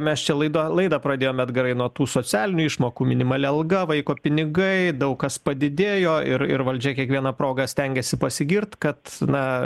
mes čia laido laidą pradėjom edgarai nuo tų socialinių išmokų minimali alga vaiko pinigai daug kas padidėjo ir ir valdžia kiekviena proga stengiasi pasigirt kad na